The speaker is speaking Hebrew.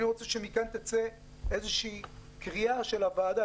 אני רוצה שמכאן תצא קריאה של הוועדה.